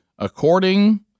According